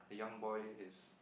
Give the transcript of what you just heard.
the young boy is